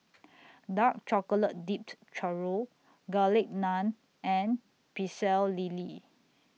Dark Chocolate Dipped Churro Garlic Naan and Pecel Lele